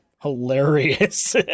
hilarious